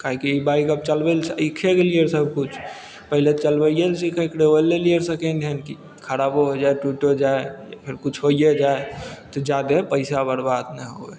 काहे कि ई बाइक आब चलबय लए सीखे गेलियै सबकिछु पहिले चलबइये लए सीखयके रहय ओइ लए लेलियै सेकंड हेन्ड कि खराबो होइ जाइ टूटियो जाइ फेर किछु होइये जाइ तऽ जादे पैसा बरबाद नहि होइ